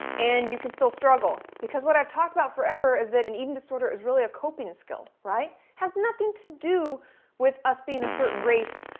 and you can still struggle. because what i've talked about forever is that an eating disorder is really a coping skill, right? has nothing to do with us being a certain race,